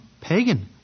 pagan